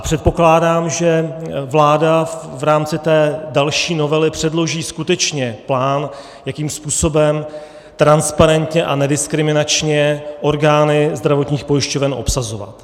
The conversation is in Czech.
Předpokládám, že vláda v rámci té další novely předloží skutečně plán, jakým způsobem transparentně a nediskriminačně orgány zdravotních pojišťoven obsazovat.